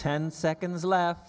ten seconds left